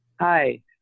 Hi